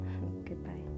goodbye